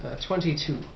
twenty-two